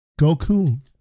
Goku